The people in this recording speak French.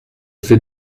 fais